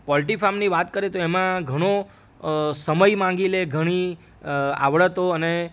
poultry ફામની વાત કરીએ તો એમાં ઘણું સમય માંગી લે ઘણી આવડતો અને